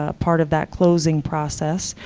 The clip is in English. ah part of that closing process.